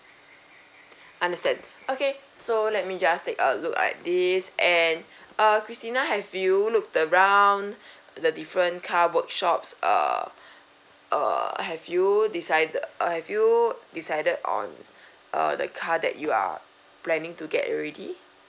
understand okay so let me just take a look at this and uh christina have you looked around the different car workshops err err have you decided err have you decided on err the car that you are planning to get already